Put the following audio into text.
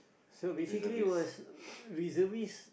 so basically was reservist